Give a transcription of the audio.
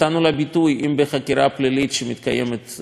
אם בחקירה פלילית שמתקיימת כרגע,